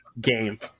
game